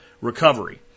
recovery